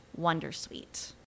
wondersuite